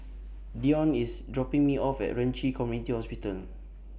Dion IS dropping Me off At Ren Ci Community Hospital